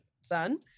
son